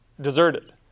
deserted